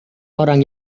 orang